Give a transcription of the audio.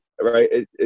right